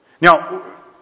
Now